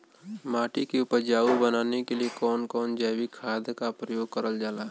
माटी के उपजाऊ बनाने के लिए कौन कौन जैविक खाद का प्रयोग करल जाला?